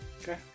Okay